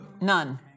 none